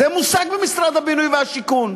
זה מושג במשרד הבינוי והשיכון,